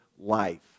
life